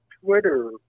Twitter